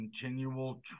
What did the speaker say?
continual